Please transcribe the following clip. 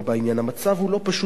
המצב הוא לא פשוט בכלל,